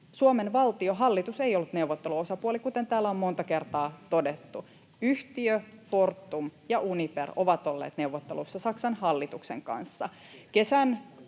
Suomen valtio, hallitus, ei ollut neuvotteluosapuoli, kuten täällä on monta kertaa todettu. Yhtiöt Fortum ja Uniper ovat olleet neuvotteluissa Saksan hallituksen kanssa. Kesän